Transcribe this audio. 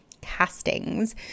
Castings